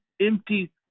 empty